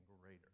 greater